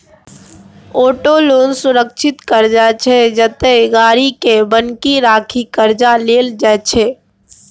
auto loan सुरक्षित करजा छै जतय गाड़ीए केँ बन्हकी राखि करजा लेल जाइ छै